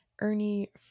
Ernie